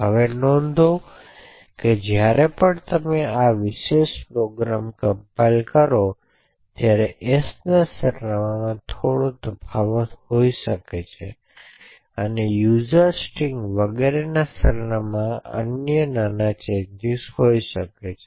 હવે નોંધ લો કે જ્યારે પણ તમે આ વિશિષ્ટ પ્રોગ્રામને કમ્પાઇલ કરશો ત્યારે sના સરનામાંમાં થોડો તફાવત હોઈ શકે છે અને વપરાશકર્તા સ્ટ્રિંગ વગેરેના સરનામાં માં અન્ય નાના ચેંજીસ છે